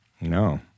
no